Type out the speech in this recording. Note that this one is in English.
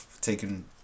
taken